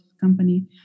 company